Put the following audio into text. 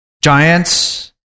giants